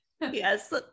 Yes